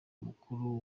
mukuru